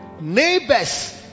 neighbors